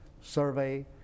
survey